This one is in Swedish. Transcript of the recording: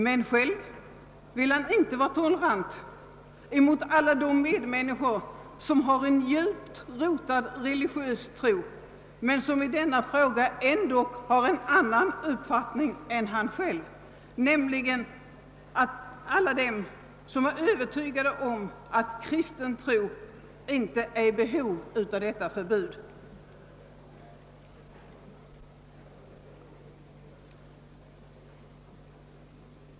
Men själv vill han inte vara tolerant mot alla de medmänniskor som trots en djupt rotad religiös tro har en annan uppfattning i denna fråga än han själv. Jag tänker på alla de människor som är övertygade om att kristen tro inte är i behov av detta förbud.